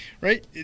right